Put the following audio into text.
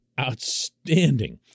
outstanding